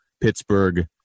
Pittsburgh